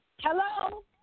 Hello